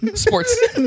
Sports